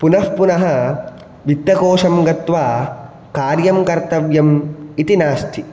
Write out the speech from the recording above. पुनः पुनः वित्तकोषं गत्वा कार्यं कर्तव्यम् इति नास्ति